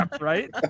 Right